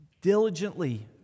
diligently